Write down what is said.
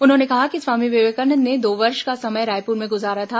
उन्होंने कहा कि स्वामी विवेकानंद ने दो वर्ष का समय रायपुर में गुजारा था